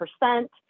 percent